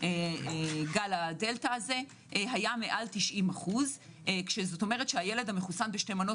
גל הדלתא הזה היה מעל 90%. כלומר הילד המחוסן בשתי מנות